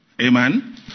Amen